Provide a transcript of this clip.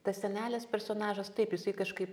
tas senelės personažas taip jisai kažkaip